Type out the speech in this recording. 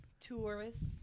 Tourists